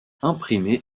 imprimés